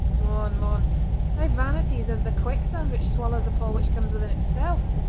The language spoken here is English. mon! mon! thy vanity is as the quicksand which swallows up all which comes within its spell.